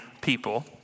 people